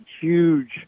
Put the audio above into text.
huge